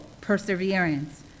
perseverance